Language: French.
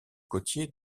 côtier